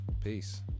Peace